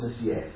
Yes